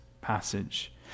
passage